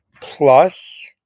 plus